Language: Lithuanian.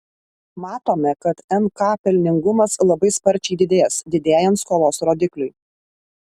matome kad nk pelningumas labai sparčiai didės didėjant skolos rodikliui